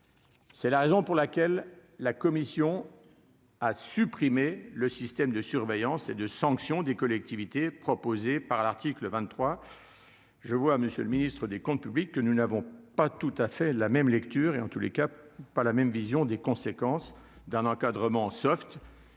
C'est la raison pour laquelle la commission. à supprimer le système de surveillance et de sanction des collectivités proposée par l'article 23 je vois Monsieur le Ministre, des comptes publics que nous n'avons pas tout à fait la même lecture et en tous les cas pas la même vision des conséquences d'un encadrement soft